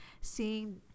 seeing